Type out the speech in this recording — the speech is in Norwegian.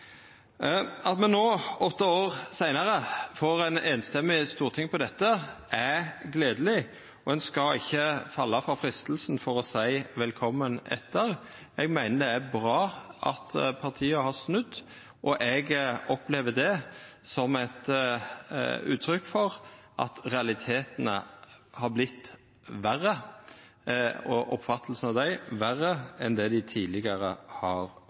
At me no, åtte år seinare, får eit einstemmig storting med på dette, er gledeleg, og eg skal ikkje falla for freistinga til å seia velkomen etter. Eg meiner det er bra at partia har snudd. Eg opplever det som eit uttrykk for at realitetane, og oppfatninga av dei, har vorte verre enn dei tidlegare har vore. Det er få forslag Senterpartiet har